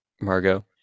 margot